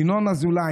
ינון אזולאי,